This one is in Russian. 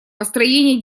построение